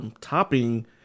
topping